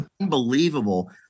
unbelievable